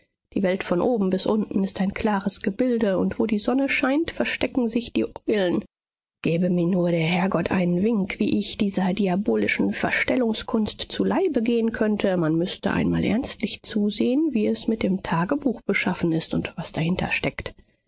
die welt von oben bis unten ist ein klares gebilde und wo die sonne scheint verstecken sich die eulen gäbe mir nur der herrgott einen wink wie ich dieser diabolischen verstellungskunst zu leibe gehen könnte man müßte einmal ernstlich zusehen wie es mit dem tagebuch beschaffen ist und was dahintersteckt